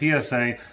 PSA